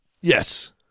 Yes